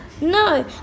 No